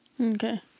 Okay